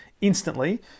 instantly